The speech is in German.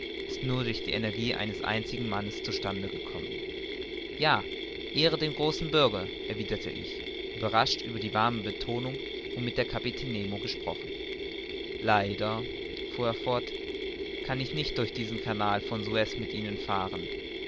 ist nur durch die energie eines einzigen mannes zu stande gekommen ja ehre dem großen bürger erwiderte ich überrascht über die warme betonung womit der kapitän nemo gesprochen leider fuhr er fort kann ich nicht durch diesen canal von suez mit ihnen fahren